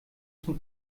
zum